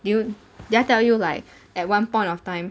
did you did I tell you like at one point of time